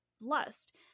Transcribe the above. lust